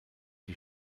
die